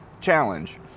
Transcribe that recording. challenge